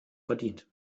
verdient